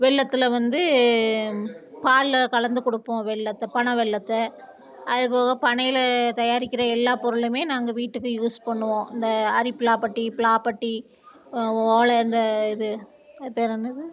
வெல்லத்தில் வந்து பாலில் கலந்து கொடுப்போம் வெல்லத்தை பனை வெல்லத்தை அதுபோக பனையில் தயாரிக்கின்ற எல்லா பொருளுமே நாங்கள் வீட்டுக்கு யூஸ் பண்ணுவோம் அந்த அரிப்பிலாப்பட்டி பிலாப்பட்டி ஓலை இந்த இது அது பேர் என்னது